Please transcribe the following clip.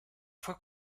fue